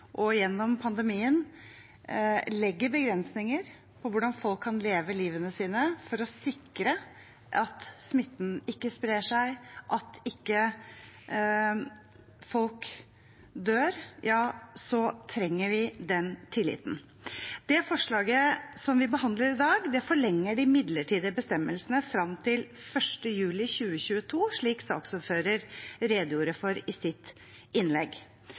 og gjennom pandemien, legger begrensninger på hvordan folk kan leve livet sitt for å sikre at smitten ikke sprer seg – at folk ikke dør – ja, så trenger vi den tilliten. Det forslaget som vi behandler i dag, forlenger de midlertidige bestemmelsene frem til 1. juli 2022, slik saksordføreren redegjorde for i sitt innlegg.